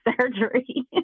surgery